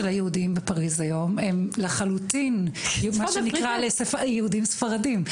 היהודים בפריס היום הם לחלוטין סביב מה שנקרא יהודים ספרדים.